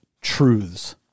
truths